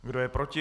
Kdo je proti?